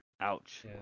Ouch